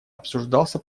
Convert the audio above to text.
обсуждался